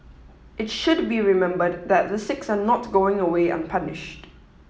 it should be remembered that the six are not going away unpunished